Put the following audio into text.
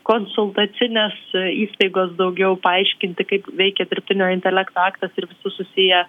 konsultacinės įstaigos daugiau paaiškinti kaip veikia dirbtinio intelekto aktas ir visi susiję